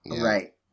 Right